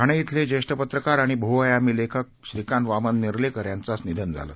ठाणे खले जेष्ठ पत्रकार आणि बहुआयामी लेखक श्रीकांत वामन नेर्लेकर यांचं आज निधन झालं